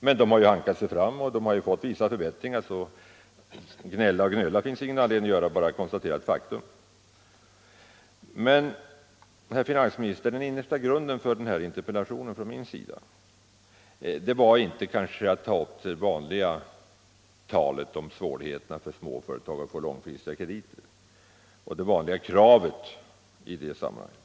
Men de har ju hankat sig fram och de har fått vissa förbättringar, så det finns ingen anledning att gnälla. Det är som sagt bara att konstatera faktum. Men, herr finansminister, den innersta grunden till den här interpellationen från min sida var kanske inte att ta upp det vanliga talet om svårigheterna för småföretagen att få långsiktiga krediter och det vanliga kravet i det sammanhanget.